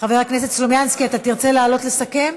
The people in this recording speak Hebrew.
חבר הכנסת סלומינסקי, אתה תרצה לעלות לסכם?